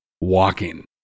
walking